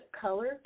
color